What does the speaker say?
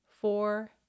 four